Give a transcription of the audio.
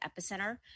epicenter